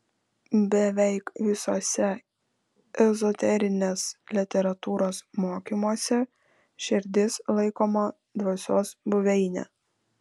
beveik visuose ezoterinės literatūros mokymuose širdis laikoma dvasios buveine